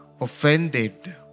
offended